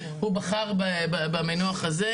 הוא בחר במינוח הזה,